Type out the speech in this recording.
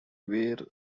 wear